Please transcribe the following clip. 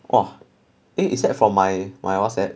!wah! eh is it from my my whatsapp